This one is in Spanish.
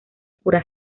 pura